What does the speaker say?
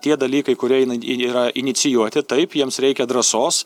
tie dalykai kurie eina yra inicijuoti taip jiems reikia drąsos